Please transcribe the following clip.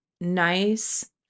nice